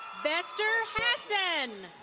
bester hassan.